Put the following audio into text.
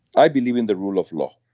i believe in the rule of law